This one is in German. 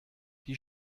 die